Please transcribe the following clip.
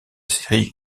série